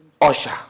usher